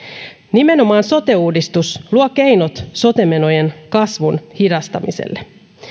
nimenomaan sote uudistus luo keinot sote menojen kasvun hidastamiselle